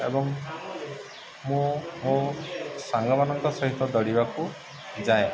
ଏବଂ ମୁଁ ମୋ ସାଙ୍ଗମାନଙ୍କ ସହିତ ଦୌଡ଼ିବାକୁ ଯାଏ